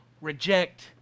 reject